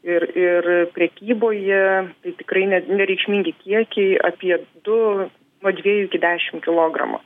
ir ir prekyboje tai tikrai ne nereikšmingi kiekiai apie du nuo dviejų iki dešim kilogramų